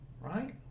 Right